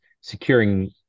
securing